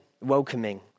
welcoming